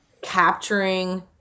capturing